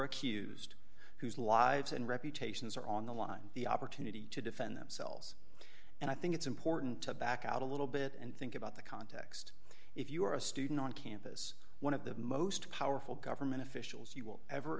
accused whose lives and reputations are on the line the opportunity to defend themselves and i think it's important to back out a little bit and think about the context if you're a student on campus one of the most powerful government official